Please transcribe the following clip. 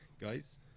guys